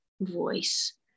voice